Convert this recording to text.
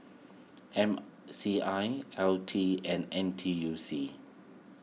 M C I L T and N T U C